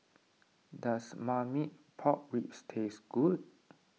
does Marmite Pork Ribs taste good